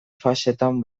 fasetan